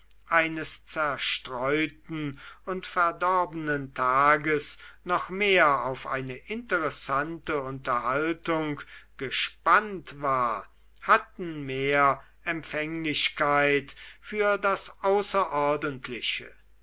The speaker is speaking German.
eines zerstreuten und verdorbenen tages noch mehr auf eine interessante unterhaltung gespannt war hatten mehr empfänglichkeit für das außerordentliche